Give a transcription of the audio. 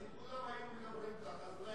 אם כולם היו מדברים ככה אולי היינו מתקדמים.